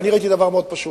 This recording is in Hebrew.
וראיתי דבר מאוד פשוט.